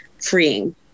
freeing